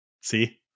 see